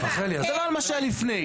אני מדבר על מה שהיה לפני.